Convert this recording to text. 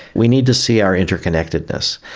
we need to see our interconnectedness,